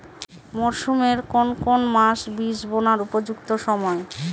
মরসুমের কোন কোন মাস বীজ বোনার উপযুক্ত সময়?